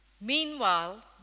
Meanwhile